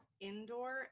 indoor